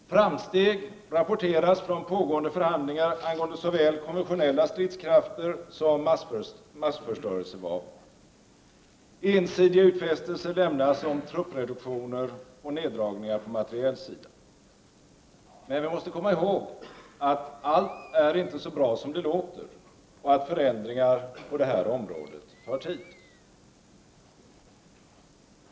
Framsteg rapporteras från pågående förhandlingar angående såväl konventionella stridskrafter som massförstörelsevapen. Ensidiga utfästelser lämnas om truppreduktioner och neddragningar på materielsidan. Men vi måste komma ihåg att allt inte är så bra som det låter och att förändringar på detta område tar tid.